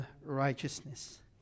righteousness